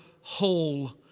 whole